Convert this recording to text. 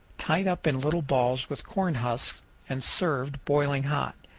tied up in little balls with cornhusks and served boiling hot.